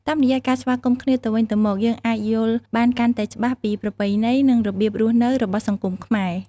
តាមរយៈការស្វាគមន៍គ្នាទៅវិញទៅមក យើងអាចយល់បានកាន់តែច្បាស់ពីប្រពៃណីនិងរបៀបរស់នៅរបស់សង្គមខ្មែរ។